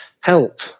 help